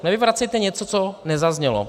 Nevyvracejte něco, co nezaznělo.